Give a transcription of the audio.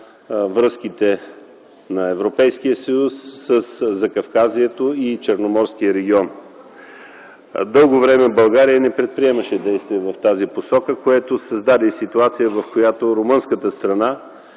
връзките на Европейския съюз със Закавказието и Черноморският регион. Дълго време България не предприемаше действия в тази посока, което създаде и ситуация, в която румънската страна